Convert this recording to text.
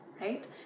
right